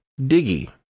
Diggy